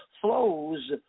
flows